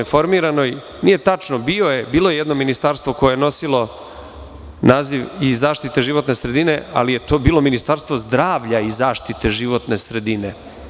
Nije tačno, bilo je jedno ministarstvo koje je nosilo naziv zaštite životne sredine, ali je to bilo Ministarstvo zdravlja i zaštite životne sredine.